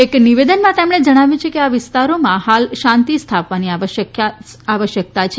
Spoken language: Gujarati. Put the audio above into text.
એક નિવેદનમાં તેમણે જણાવ્યું છે કે આ વિસ્તારોમાં હાલ શાંતિ સ્થાપવાની આવશ્યકતા છે